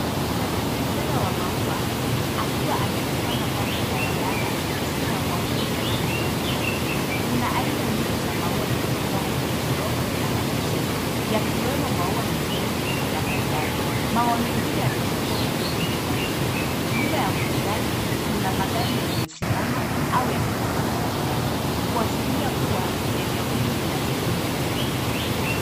Mfanyabiashara wa maua akiwa amejipanga kando ya barabara chini ya mwavuli ya rangi mbali mbali. Kuna aina nyingi za maua yaliyopangwa kwenye ndoo na mabeseni, yakiwemo maua mekundu na manjano. Maua mengine yamefungwa kwenye vifungashio. Nyuma ya muuzaji kuna magari yaliyosimama au yakipita barabarani, kuashiria kuwa eneo hili lina shughuli nyingi.